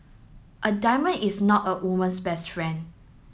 a diamond is not a woman's best friend